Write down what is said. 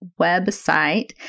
website